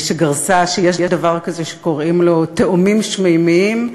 שגרסה שיש דבר כזה שקוראים לו "תאומים שמימיים",